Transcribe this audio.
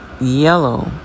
Yellow